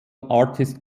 artist